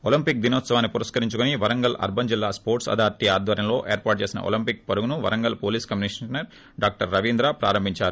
Olympic దినోత్సవాన్ని పురస్కరించుకుని Warangal urban జిల్లా స్పోర్ట్స్ అధారిటి ఆధ్వర్యంలో ఏర్పాటు చేసిన ఒలింపిక్ పరుగును Warangal police commissioner doctor Ravindra ప్రారంభించారు